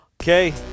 Okay